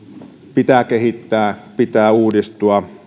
pitää kehittää pitää uudistua